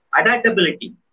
Adaptability